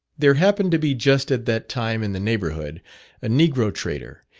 there happened to be just at that time in the neighbourhood a negro-trader,